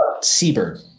seabird